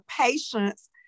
patience